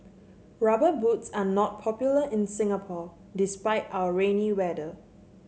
rubber boots are not popular in Singapore despite our rainy weather